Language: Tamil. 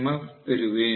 எஃப் பெறுவேன்